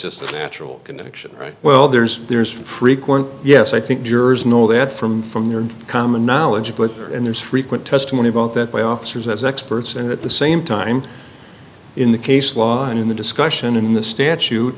just a natural connection right well there's there's frequent yes i think jurors know that from from their common knowledge but and there's frequent testimony about that by officers as experts and at the same time in the case law in the discussion in the statute